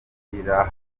twigira